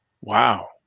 Wow